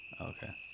okay